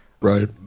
Right